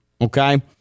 okay